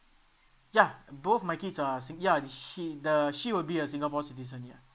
yeah both my kids are sing~ ya she the she will be a singapore citizen ya